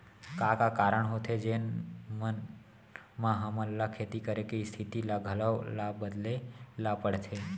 का का कारण होथे जेमन मा हमन ला खेती करे के स्तिथि ला घलो ला बदले ला पड़थे?